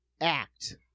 act